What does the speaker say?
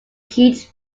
heat